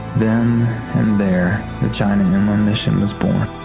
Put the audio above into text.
then and there the china inland mission was born.